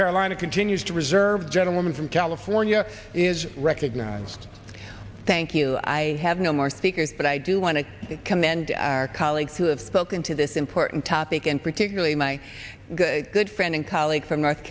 carolina continues to reserve gentlewoman from california is recognized thank you i have no more speakers but i do want to commend our colleagues who have spoken to this important topic and particularly my good friend and colleague from north